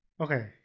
okay